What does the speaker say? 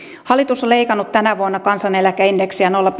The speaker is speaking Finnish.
hallitus on leikannut tänä vuonna kansaneläkeindeksiä nolla